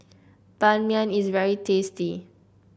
Ban Mian is very tasty